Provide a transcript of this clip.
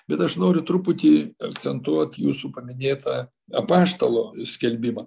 bet aš noriu truputį akcentuot jūsų paminėtą apaštalo skelbimą